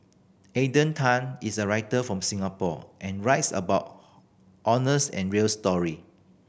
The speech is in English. Alden Tan is a writer from Singapore and writes about honest and real story